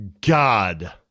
god